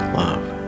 love